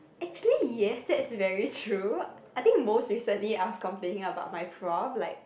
actually yes that's very true I mean most recently I was complaining about my prof like